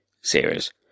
series